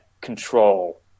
control